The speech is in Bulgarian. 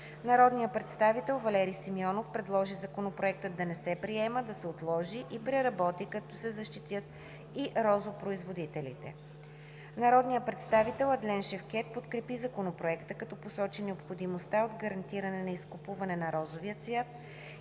Народният представител Валери Симеонов предложи Законопроектът да не се приема, да се отложи и преработи, като се защитят и розопроизводителите. Народният представител Адлен Шевкед подкрепи Законопроекта, като посочи необходимостта от гарантиране на изкупуването на розовия цвят